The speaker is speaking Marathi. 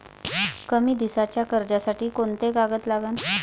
कमी दिसाच्या कर्जासाठी कोंते कागद लागन?